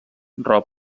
raó